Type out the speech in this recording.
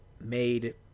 made